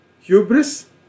hubris